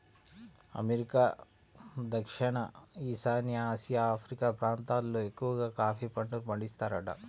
America, దక్షిణ ఈశాన్య Asia, Africa ప్రాంతాలల్లో ఎక్కవగా కాఫీ పంటను పండిత్తారంట